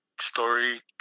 story